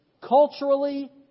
culturally